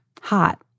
hot